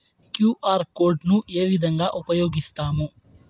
QR code ను ఏ విధంగా ఉపయగిస్తాము?